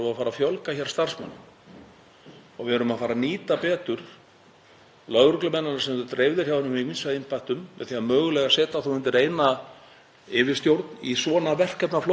yfirstjórn í svona verkefnaflokki, og jafnvel mörgum öðrum verkefnaflokkum, þannig að yfirsýn haldist á landsvísu þó að lögreglumennirnir geti verið starfandi hjá hinum ýmsu embættum úti um land,